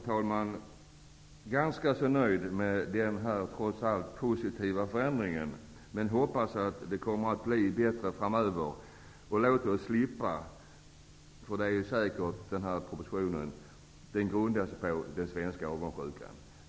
Jag är ändå ganska nöjd med denna, trots allt, positiva förändring. Men jag hoppas att det kommer att bli bättre framöver. Denna proposition grundar sig säkert på den svenska avundsjukan.